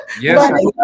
Yes